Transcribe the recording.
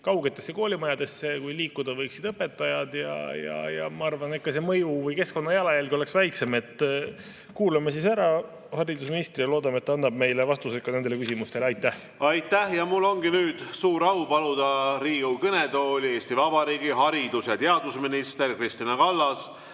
kaugetesse koolimajadesse, kui liikuda võiksid õpetajad. Ma arvan, et ka mõju või keskkonnajalajälg oleks sel juhul väiksem. Kuulame haridusministri ära ja loodame, et ta annab meile vastused ka nendele küsimustele. Aitäh! Aitäh! Ja mul ongi nüüd suur au paluda Riigikogu kõnetooli Eesti Vabariigi haridus- ja teadusminister Kristina Kallas,